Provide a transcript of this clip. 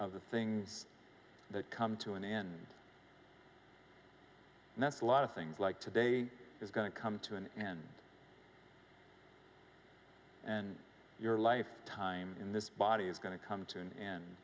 of the things that come to an end and that's a lot of things like today is going to come to an end and your lifetime in this body is going to come to an end